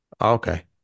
Okay